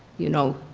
you know,